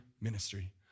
ministry